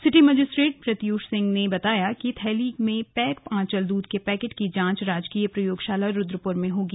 city magistrate Pratyush Singh ने बताया कि की थैली में पैक आंचल दूध के पैकेट की जांच राजकीय प्रयोगशाला रुद्रपुर में होगी